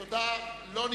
משרד ראש הממשלה, לא נתקבלו.